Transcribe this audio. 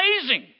amazing